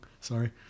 sorry